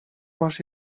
masz